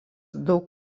daug